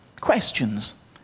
questions